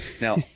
Now